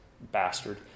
bastard